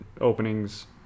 openings